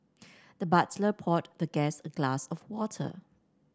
the butler poured the guest a glass of water